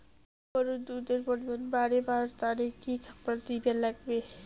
গরুর দুধ এর পরিমাণ বারেবার তানে কি খাবার দিবার লাগবে?